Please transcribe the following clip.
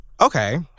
Okay